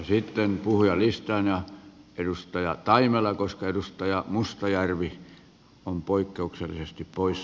sitten puhujalistaan ja edustaja taimela koska edustaja mustajärvi on poikkeuksellisesti poissa